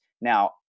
Now